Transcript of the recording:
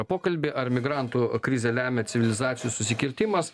pokalbį ar migrantų krizę lemia civilizacijų susikirtimas